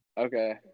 Okay